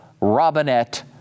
Robinette